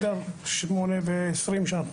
08:20,